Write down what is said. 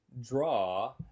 draw